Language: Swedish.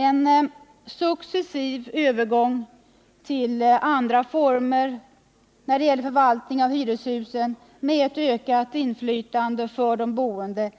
En successiv övergång till andra former för förvaltning av hyreshusen med ökat inflytande för de boende